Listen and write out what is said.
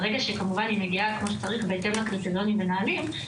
ברגע שהיא כמובן מגיעה כמו שצריך בהתאם לקריטריונים ונהלים,